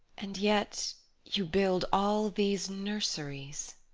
and yet you build all these nurseries.